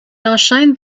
enchaîne